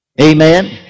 Amen